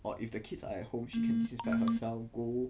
or if the kids are at home she can disinfect herself go